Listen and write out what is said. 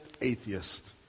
atheist